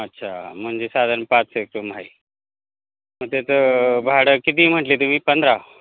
अच्छा म्हणजे साधारण पाच एक रूम आहे मग ते तर भाडं किती म्हटली तुम्ही पंधरा